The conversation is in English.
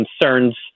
concerns